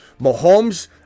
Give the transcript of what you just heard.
Mahomes